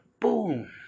boom